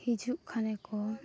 ᱦᱤᱡᱩᱜ ᱠᱷᱟᱱ ᱠᱚ